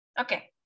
Okay